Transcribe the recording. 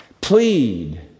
Plead